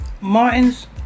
Martin's